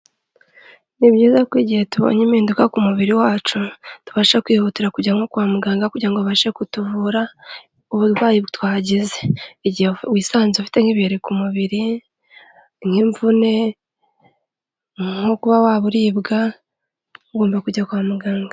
Ni byiza ko igihe tubonye impinduka ku mubiri wacu, tubasha kwihutira kujya nko kwa muganga kugira ngo babashe kutuvura uburwayi twagize. Igihe wisanze ufite nk'ibiheri ku mubiri nk'imvune nko kuba waba uribwa, ugomba kujya kwa muganga